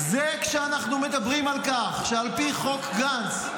זה כשאנחנו מדברים על כך שעל פי חוק גנץ,